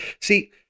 see